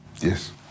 Yes